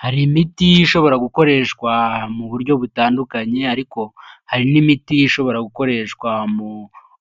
Hari imiti ishobora gukoreshwa mu buryo butandukanye ariko hari n'imiti ishobora gukoreshwa mu